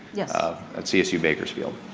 yeah at csu bakersfield,